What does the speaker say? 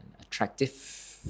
attractive